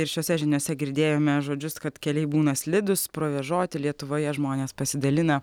ir šiose žiniose girdėjome žodžius kad keliai būna slidūs provėžoti lietuvoje žmonės pasidalina